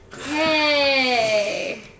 Hey